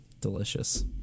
Delicious